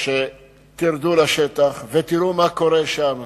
שתרדו לשטח ותראו מה קורה שם.